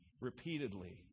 repeatedly